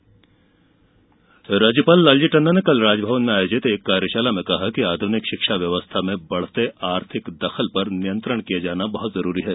राज्यपाल राज्यपाल लालजी टंडन ने कल राजभवन में आयोजित कार्यशाला में कहा कि आध्रनिक शिक्षा व्यवस्था में बढ़ते आर्थिक दखल पर नियंत्रण किया जाना बहुत जरूरी है